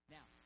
Now